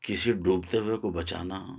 کسی ڈوبتے ہوئے کو بچانا